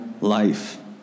life